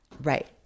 Right